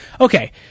okay